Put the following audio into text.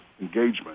engagement